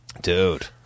Dude